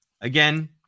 again